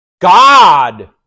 God